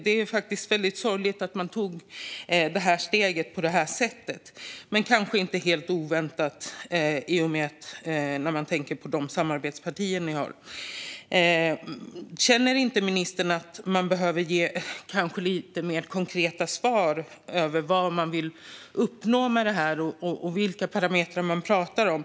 Det är faktiskt väldigt sorgligt att man tog detta steg på det här sättet, men det var kanske inte helt oväntat när man tänker på de samarbetspartier ni i regeringen har. Känner inte ministern att man behöver ge lite mer konkreta svar på vad man vill uppnå med detta och vilka parametrar man pratar om?